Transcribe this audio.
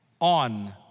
on